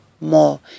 more